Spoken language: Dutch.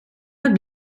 met